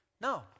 No